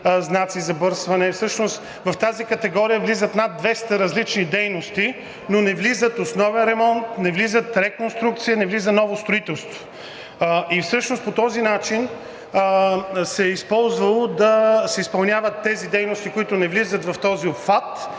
храсти, забърсване на знаци, в тази категория влизат над 200 различни дейности, но не влиза основен ремонт, не влиза реконструкция, не влиза ново строителство. И по този начин се е използвало да се изпълняват дейностите, които не влизат в този обхват,